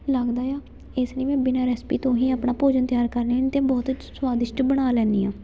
ਲੱਗਦਾ ਆ ਇਸ ਲਈ ਮੈਂ ਬਿਨਾਂ ਰੈਸਪੀ ਤੋਂ ਹੀ ਆਪਣਾ ਭੋਜਨ ਤਿਆਰ ਕਰਦੀ ਹਾਂ ਅਤੇ ਬਹੁਤ ਸ ਸਵਾਦਿਸ਼ਟ ਬਣਾ ਲੈਂਦੀ ਹਾਂ